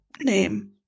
name